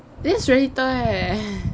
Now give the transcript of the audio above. this is very little leh